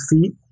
feet